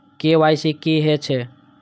KYC की हे छे?